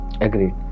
Agreed